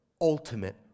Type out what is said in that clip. ultimate